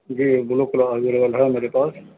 جی blue colour available ہے میرے پاس